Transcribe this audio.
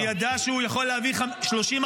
-- שידע שהוא יכול להביא 30,